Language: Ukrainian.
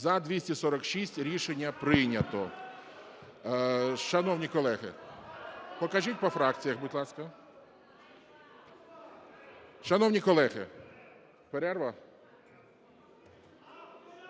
За-246 Рішення прийнято.